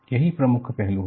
यही प्रमुख पहलू है